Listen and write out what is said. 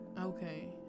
Okay